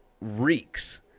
reeks